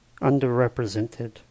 underrepresented